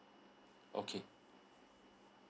okay